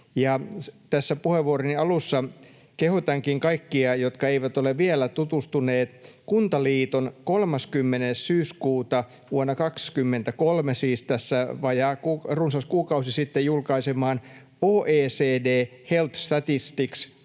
Tässä puheenvuoroni alussa kehotankin kaikkia, jotka eivät ole vielä tutustuneet, tutustumaan Kuntaliiton 30. syyskuuta vuonna 23 — siis runsas kuukausi sitten — julkaisemaan OECD Health Statistics